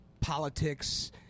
politics